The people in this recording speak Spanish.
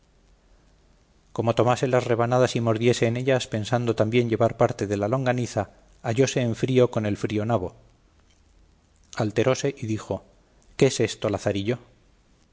como tomase las rebanadas y mordiese en ellas pensando también llevar parte de la longaniza hallóse en frío con el frío nabo alteróse y dijo qué es esto lazarillo